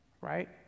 right